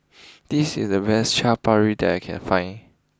this is the best Chaat Papri that I can find